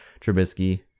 Trubisky